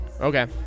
Okay